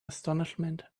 astonishment